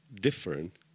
different